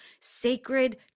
sacred